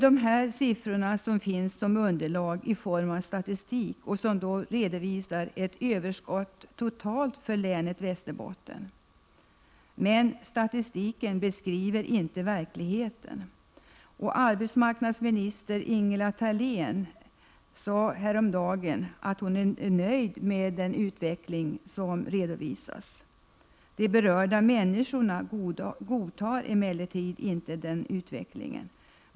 Dessa siffror utgör underlag i form av statistik och redovisar ett överskott totalt för länet. Men statistiken beskriver inte verkligheten. Arbetsmarknadsminister Ingela Thalén sade häromdagen att hon är nöjd med utvecklingen. De berörda människorna godtar emellertid inte denna.